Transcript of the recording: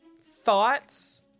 thoughts